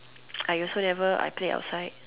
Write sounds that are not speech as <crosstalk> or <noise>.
<noise> I also never I play outside